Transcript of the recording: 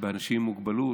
באנשים עם מוגבלות,